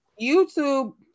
YouTube